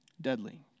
deadly